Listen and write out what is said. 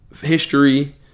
history